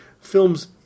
films